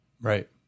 Right